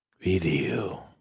video